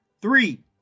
Three